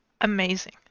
amazing